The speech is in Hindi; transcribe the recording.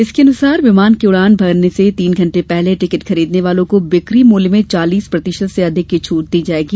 इसके अनुसार विमान के उड़ान भरने से तीन घंटे पहले टिकट खरीदने वालों को बिक्री मूल्य में चालीस प्रतिशत से अधिक की छूट दी जायेगी